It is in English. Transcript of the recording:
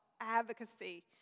advocacy